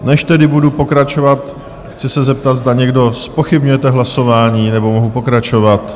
Než tedy budu pokračovat, chci se zeptat, zda někdo zpochybňujete hlasování, nebo mohu pokračovat?